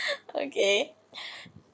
okay